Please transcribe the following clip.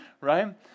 right